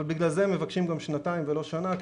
לכן מבקשים שנתיים ולא שנה,